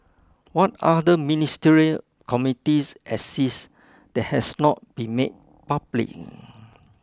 what other ministerial committees exist that has not been made public